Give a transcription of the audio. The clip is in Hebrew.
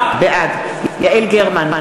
בעד יעל גרמן,